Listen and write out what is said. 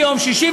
ביום שישי,